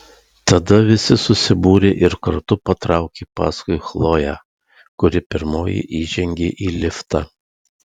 tada visi susibūrė ir kartu patraukė paskui chloję kuri pirmoji įžengė į liftą